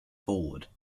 forward